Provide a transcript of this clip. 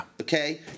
Okay